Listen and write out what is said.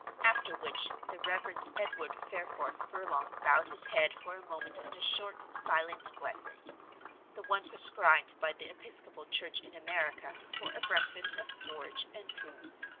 after which the reverend edward fareforth furlong bowed his head for a moment in a short, silent blessing the one prescribed by the episcopal church in america for a breakfast of porridge and prunes.